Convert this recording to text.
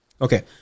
Okay